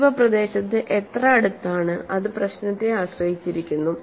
സമീപ പ്രദേശത്ത് എത്ര അടുത്താണ് അത് പ്രശ്നത്തെ ആശ്രയിച്ചിരിക്കുന്നു